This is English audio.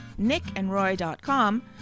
nickandroy.com